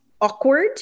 awkward